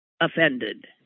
offended